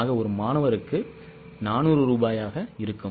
ஆக ஒரு மாணவருக்கு 400 ரூபாயாக இருக்கும்